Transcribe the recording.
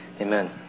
Amen